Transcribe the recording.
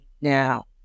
now